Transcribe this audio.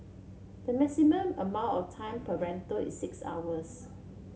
the maximum amount of time per rental is six hours